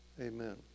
Amen